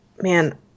man